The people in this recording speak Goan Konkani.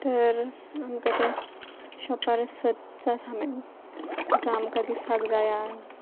तर आमकां ते शॉपार सदचां सामान जां आमकां दिसाक जायां